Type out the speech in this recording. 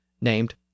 named